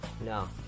no